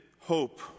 hope